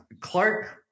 Clark